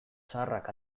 zaharrak